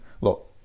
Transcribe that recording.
look